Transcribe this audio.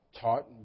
taught